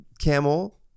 camel